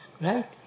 Right